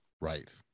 right